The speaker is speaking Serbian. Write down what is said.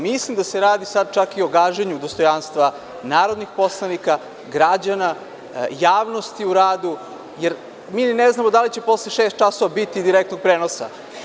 Mislim da se radi čak i o gaženju dostojanstva narodnih poslanika, građana, javnosti u radu, jer mi ne znamo da li će posle šest časova biti direktnog prenosa.